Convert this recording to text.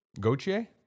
Gauthier